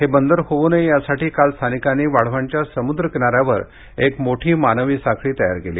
हे बंदर होवू नये यासाठी काल स्थानिकांनी वाढवणच्या समुद्र किनाऱ्यावर एक मोठी मानवी साखळी तयार केली